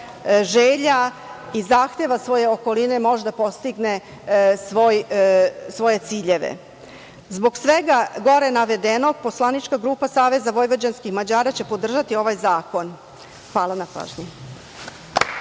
želja i zahteva svoje okoline, može da postigne svoje ciljeve. Zbog svega gore navedenog, poslanička grupa SVM će podržati ovaj zakon. Hvala na pažnji.